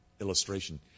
Illustration